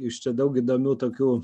jūs čia daug įdomių tokių